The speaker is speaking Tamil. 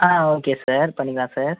ஆ ஓகே சார் பண்ணிக்கலாம் சார்